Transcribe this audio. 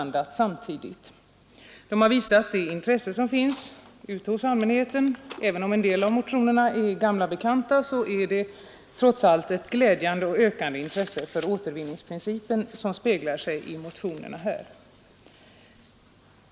Motionerna visar det intresse som finns ute hos allmänheten för dessa frågor. Även om en del av motionerna är gamla bekanta är det ett glädjande och ökande intresse för återvinningsprincipen som speglar sig i motionerna.